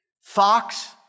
Fox